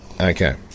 Okay